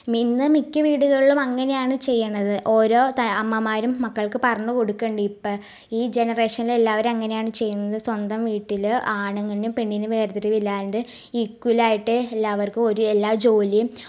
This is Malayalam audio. ഇന്ന് മിക്ക വീടുകളിലും അങ്ങനെയാണ് ചെയ്യണത് ഓരോ അമ്മമാരും മക്കൾക്ക് പറഞ്ഞ് കൊടുക്കണ്ണ്ടിപ്പോൾ ഈ ജെനറേഷനിലെല്ലാവരും അങ്ങനെയാണ് ചെയ്യുന്നത് സ്വന്തം വീട്ടിൽ ആണിനും പെണ്ണിനും വേർതിരിവില്ലാണ്ട് ഈക്ക്വലയ്ട്ട് എല്ലാവർക്കും ഒരു എല്ലാ ജോലീം